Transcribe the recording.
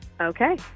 Okay